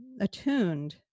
attuned